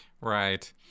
Right